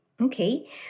Okay